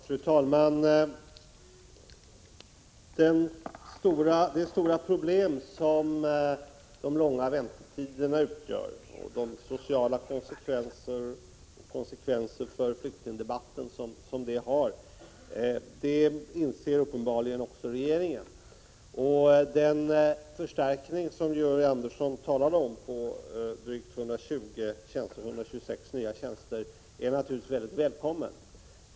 Fru talman! Det stora problem som de långa väntetiderna utgör och de sociala konsekvenser för flyktingdebatten som de för med sig inser uppbarligen också regeringen. Den förstärkning med 126 nya tjänster som Georg Andersson talade om är naturligtvis väldigt välkommen.